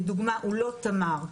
לדוגמה, הוא לא תמר.